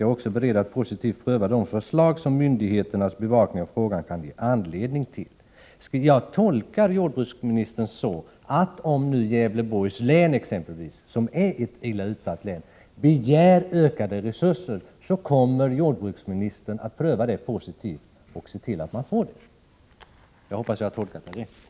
Jag är också beredd att positivt pröva de förslag som myndigheternas bevakning av frågan kan ge anledning till.” Jag tolkar jordbruksministerns uttalande så, att om t.ex. Gävleborgs län, som är ett illa utsatt län, begär ökade resurser, kommer jordbruksministern 107 att pröva denna begäran på ett positivt sätt och se till att Gävleborgs län får ökade resurser. Jag hoppas att jag tolkat uttalandet rätt.